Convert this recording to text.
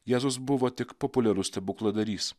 jėzus buvo tik populiarus stebukladarys